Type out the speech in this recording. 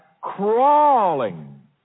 crawling